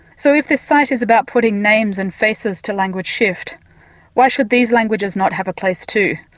so if this site is about putting names and faces to language shift why should these languages not have a place too,